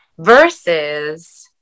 versus